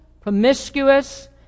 promiscuous